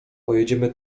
pojedziemy